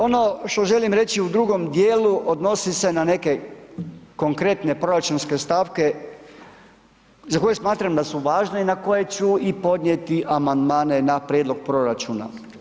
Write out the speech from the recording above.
Ono što želim reći u drugom dijelu odnosi se na neke konkretne proračunske stavke za koje smatram da su važne i na koje ću i podnijeti amandmane na prijedlog proračuna.